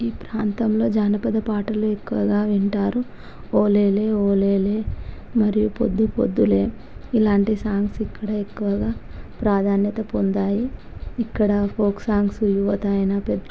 ఈ ప్రాంతంలో జానపద పాటలు ఎక్కువగా వింటారు ఓలేలే ఓలేలే మరియు పొద్దుపోదులే ఇలాంటి సాంగ్స్ ఇక్కడ ఎక్కువగా ప్రాధాన్యత పొందాయి ఇక్కడ ఫోక్ సాంగ్స్ యువత అయినా